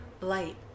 light